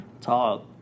Talk